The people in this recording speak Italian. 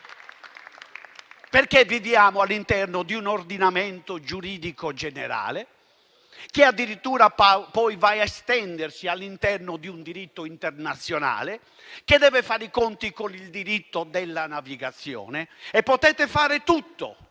perché viviamo all'interno di un ordinamento giuridico generale che addirittura poi va ad estendersi all'interno di un diritto internazionale, che deve fare i conti con il diritto della navigazione e potete fare tutto